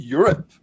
Europe